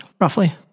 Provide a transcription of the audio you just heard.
roughly